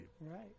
Right